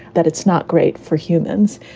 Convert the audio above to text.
that it's not great for humans.